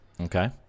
Okay